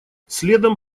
следом